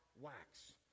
wax